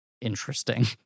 interesting